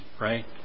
right